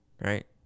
Right